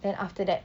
then after that